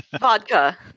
vodka